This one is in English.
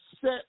set